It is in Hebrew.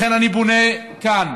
לכן אני פונה כאן